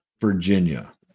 Virginia